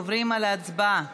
עוברים להצבעה